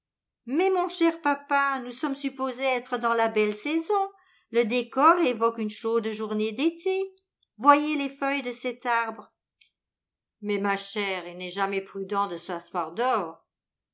mais mon cher papa nous sommes supposés être dans la belle saison le décor évoque une chaude journée d'été voyez les feuilles de cet arbre mais ma chère il n'est jamais prudent de s'asseoir dehors